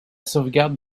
sauvegarde